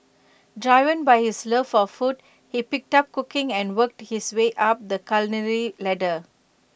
driven by his love for food he picked up cooking and worked his way up the culinary ladder